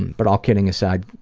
but all kidding aside,